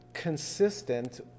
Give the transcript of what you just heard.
consistent